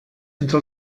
entre